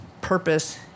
purpose